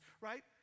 right